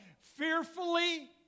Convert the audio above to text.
fearfully